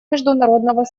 международного